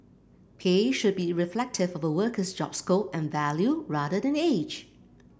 pay should be reflective of a worker's job scope and value rather than age